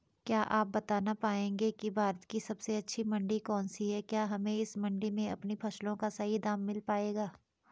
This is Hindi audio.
क्या आप बताना पाएंगे कि भारत की सबसे अच्छी मंडी कौन सी है क्या हमें इस मंडी में अपनी फसलों का सही दाम मिल पायेगा?